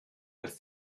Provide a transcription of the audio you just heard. als